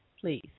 please